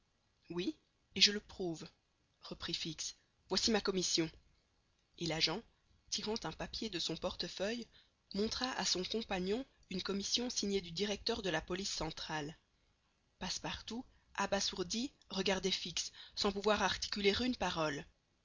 oui et je le prouve reprit fix voici ma commission et l'agent tirant un papier de son portefeuille montra à son compagnon une commission signée du directeur de la police centrale passepartout abasourdi regardait fix sans pouvoir articuler une parole